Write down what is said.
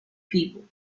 people